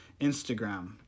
instagram